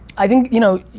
i think, you know,